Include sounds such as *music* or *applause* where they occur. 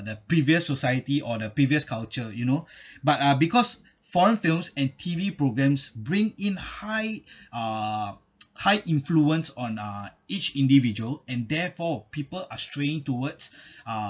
the previous society or the previous culture you know *breath* but uh because foreign films and T_V programmes bring in high uh *noise* high influence on uh each individual and therefore people are straying towards *breath*